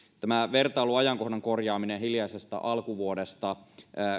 tämä vertailuajankohdan korjaaminen hiljaisesta alkuvuodesta